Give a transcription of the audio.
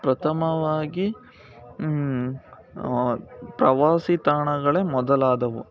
ಪ್ರಥಮವಾಗಿ ಪ್ರವಾಸಿ ತಾಣಗಳೇ ಮೊದಲಾದವು